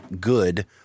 good